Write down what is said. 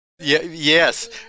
yes